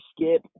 skip